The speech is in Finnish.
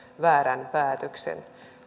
väärän päätöksen